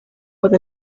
with